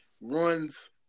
runs